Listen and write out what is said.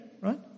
Right